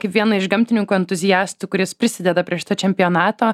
kaip vieną iš gamtininkų entuziastų kuris prisideda prie šito čempionato